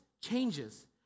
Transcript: changes